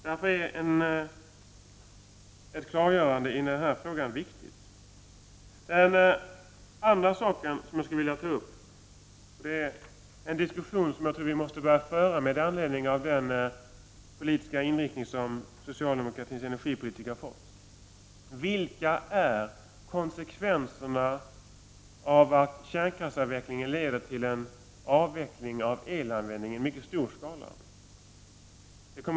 Därför är det viktigt med ett klargörande i denna fråga. Den andra sak jag skulle vilja ta upp är en diskussion som jag tror att vi måste börja föra med anledning av den inriktning som socialdemokratins energipolitk har fått: Vilka är konsekvenserna av att kärnkraftsavvecklingen leder till en avveckling i mycket stor skala av elanvändning?